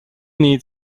need